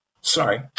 Sorry